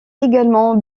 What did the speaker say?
également